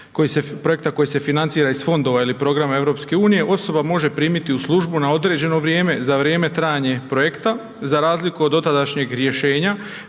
projekta koji se financira iz fondova ili programa EU, osoba može primiti u službu na određeno vrijeme za vrijeme trajanja projekta za razliku od dotadašnjeg rješenja